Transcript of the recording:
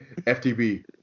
ftb